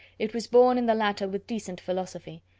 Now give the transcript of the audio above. it was borne in the latter with decent philosophy.